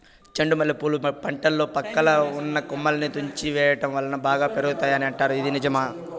చెండు మల్లె పూల పంటలో పక్కలో ఉన్న కొమ్మలని తుంచి వేయటం వలన బాగా పెరుగుతాయి అని అంటారు ఇది నిజమా?